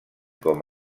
com